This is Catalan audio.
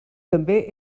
també